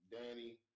Danny